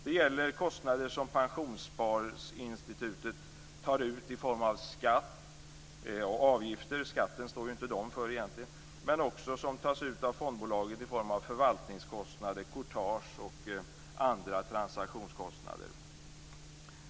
Det gäller kostnader som pensionssparinstitutet tar ut i form av skatt och avgifter - skatten står de egentligen inte för - men som också tas ut av fondbolagen i form av förvaltningskostnader, courtage och andra transaktionskostnader.